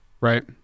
Right